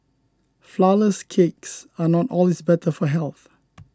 Flourless Cakes are not always better for health